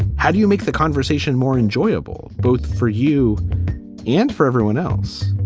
how do you make the conversation more enjoyable both for you and for everyone else?